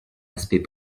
aspect